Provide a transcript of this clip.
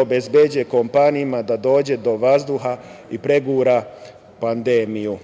obezbeđuje kompanija da dođe do vazduha i pregura pandemiju.